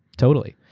totally.